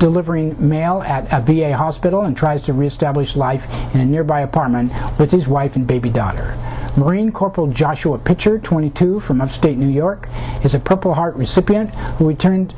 delivering mail at a v a hospital and tries to reestablish life in a nearby apartment with his wife and baby daughter marine corporal joshua picture twenty two from upstate new york is a purple heart recipient who returned